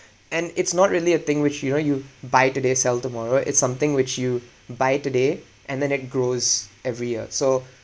and it's not really a thing which you know you buy today sell tomorrow it's something which you buy today and then it grows every year so